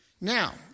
now